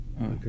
Okay